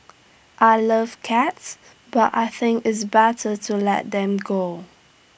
I love cats but I think it's better to let them go